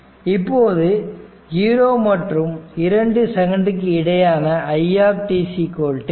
இப்போது 0 மற்றும் 2 செகண்ட்டுக்கும் இடையேயான i c dvtdt